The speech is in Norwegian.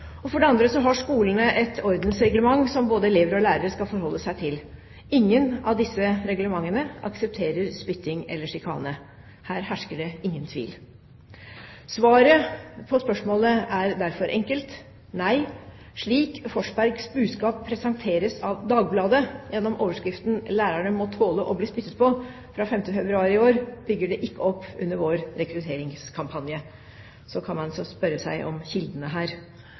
For det andre har skolene et ordensreglement som både elever og lærere skal forholde seg til. Ingen av disse reglementene aksepterer spytting eller sjikane. Her hersker det ingen tvil. Svaret på spørsmålet er derfor enkelt: Nei, slik Forsbergs budskap presenteres av Dagbladet gjennom overskriften «Lærerne må tåle å bli spyttet på», fra 5. februar i år, bygger det ikke opp under vår rekrutteringskampanje. Så kan man jo spørre seg om kildene her.